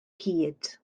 hyd